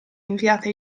inviato